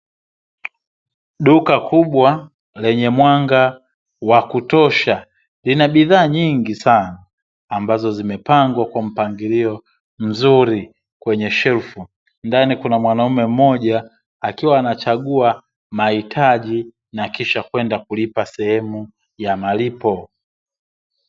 Duka kubwa lenye mwanga wa kutosha, lina bidhaa nyingi sana, ambazo zimepangwa kwa mpangilio mzuri kwenye shelfu. Ndani kuna mwanaume mmoja akiwa anachagua mahitaji, na kisha kwenda kulipa sehemu ya malipo.